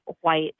white